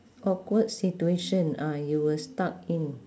awkward situation ah you were stuck in